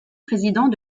président